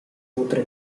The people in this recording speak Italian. nutre